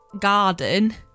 garden